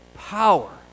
Power